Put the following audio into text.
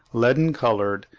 leaden-coloured,